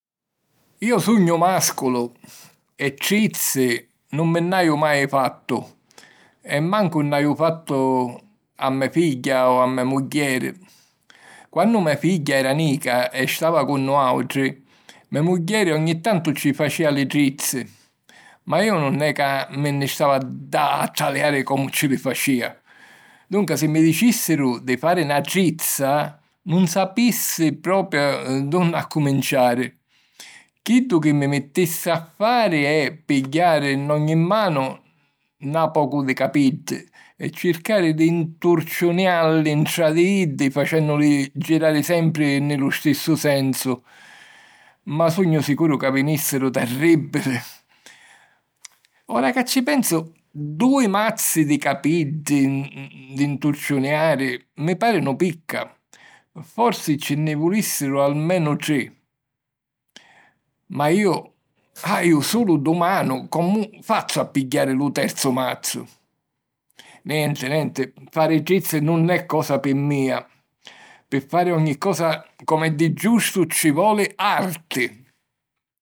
Iu sugnu màsculu e trizzi nun mi nn'haju mai fattu! E mancu nn'haju fattu a me figghia o a me mugghieri. Quannu me figghia era nica e stava cu nuàutri, me mugghieri ogni tantu ci facìa li trizzi. Ma iu nun è ca mi nni stava ddà a taliari comu ci li facìa. Dunca, si mi dicìssiru di fari na trizza, nun sapissi propiu di unni accuminciari! Chiddu chi mi mittissi a fari è pigghiari nn'ogni manu na pocu di capiddi e circari di nturciunialli ntra di iddi, facènnuli girari sempri nni lu stissu sensu. Ma sugnu sicuru ca vinìssiru terrìbili! Ora ca ci pensu, dui mazzi di capiddi di nturciuniari mi pàrinu picca. Forsi ci nni vulìssiru almenu tri. Ma iu haiu sulu du' manu: comu fazzu a pigghiari lu terzu mazzu? Nenti, nenti, fari trizzi nun è cosa pi mia: pi fari ogni cosa com'è di giustu, ci voli arti!